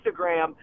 Instagram